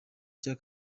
cya